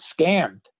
scammed